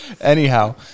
Anyhow